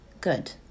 good